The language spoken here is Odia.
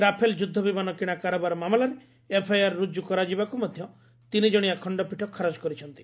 ରାଫେଲ ଯୁଦ୍ଧ ବିମାନ କିଣା କାରବାର ମାମଲାରେ ଏଫ୍ଆଇଆର୍ ରୁଜୁ କରାଯିବାକୁ ମଧ୍ୟ ତିନିକଣିଆ ଖଣ୍ଡପୀଠ ଖାରଜ କରିଛନ୍ତି